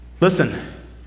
Listen